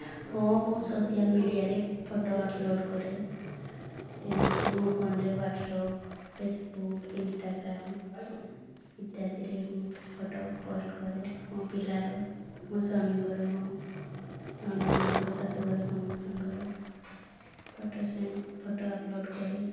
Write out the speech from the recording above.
ହଁ ମୁଁ ସୋସିଆଲ୍ ମିଡ଼ିଆରେ ଫୋଟୋ ଅପ୍ଲୋଡ଼୍ କରେ ଯେମିତି ମୋ ଫୋନ୍ରେ ହ୍ଵାଟ୍ସପ୍ ଫେସ୍ବୁକ୍ ଇନ୍ଷ୍ଟାଗ୍ରାମ୍ ଇତ୍ୟାଦିରେ ମୁଁ ଫୋଟୋ ପୋଷ୍ଟ୍ କରେ ମୋ ପିଲାର ମୋ ସ୍ୱାମୀଙ୍କର ମୋ ନଣନ୍ଦମାନଙ୍କର ଶାଶୁ ଘର ସମସ୍ତଙ୍କର ଫୋଟୋ ସେ ଫୋଟୋ ଅପ୍ଲୋଡ଼୍ କରେ